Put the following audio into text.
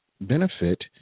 benefit